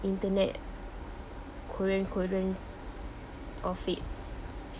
internet of it